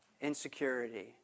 Insecurity